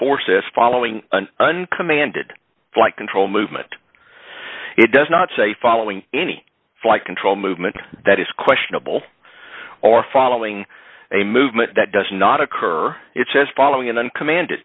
six following an uncommanded flight control movement it does not say following any flight control movement that is questionable or following a movement that does not occur it says following an uncommand